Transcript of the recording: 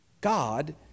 God